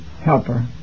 helper